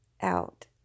out